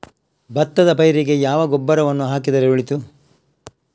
ಭತ್ತದ ಪೈರಿಗೆ ಯಾವಾಗ ಗೊಬ್ಬರವನ್ನು ಹಾಕಿದರೆ ಒಳಿತು?